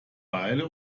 beile